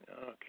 okay